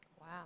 Wow